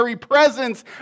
presence